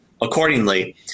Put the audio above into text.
accordingly